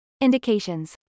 Indications